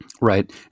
Right